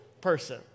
person